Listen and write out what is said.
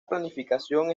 planificación